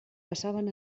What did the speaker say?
passaven